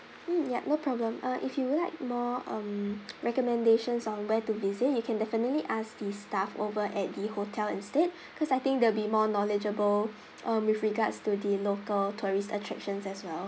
mm ya no problem uh if you would like more um recommendations on where to visit you can definitely ask the staff over at the hotel instead because I think they'll be more knowledgeable um with regards to the local tourist attractions as well